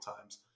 times